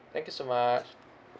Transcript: thank you so much